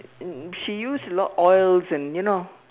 she used a lot oils and you know